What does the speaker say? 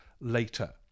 later